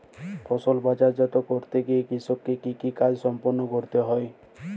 ফসল বাজারজাত করতে গিয়ে কৃষককে কি কি কাজ সম্পাদন করতে হয়?